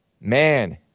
Man